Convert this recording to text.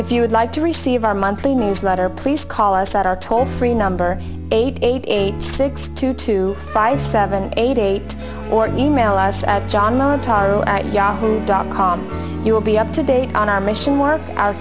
would like to receive our monthly newsletter please call us at our toll free number eight eight eight six two two five seven eight eight or you mail us at john tyro at yahoo dot com you will be up to date on our mission one hour